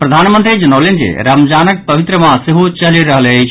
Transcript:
प्रधानमंत्री जनौलनि जे रमजानक पवित्र मास सेहो चलि रहल अछि